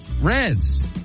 Reds